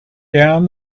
down